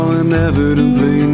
inevitably